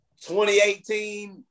2018